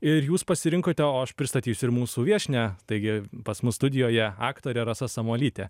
ir jūs pasirinkote o aš pristatysiu ir mūsų viešnią taigi pas mus studijoje aktorė rasa samuolytė